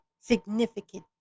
significant